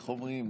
איך אומרים,